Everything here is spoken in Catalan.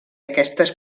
aquestes